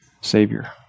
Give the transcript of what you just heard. Savior